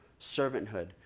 servanthood